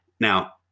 Now